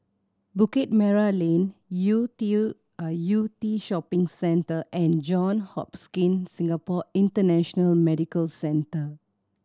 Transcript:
Bukit Merah Lane Yew Tew ah Yew Tee Shopping Centre and John Singapore International Medical Centre